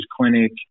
clinic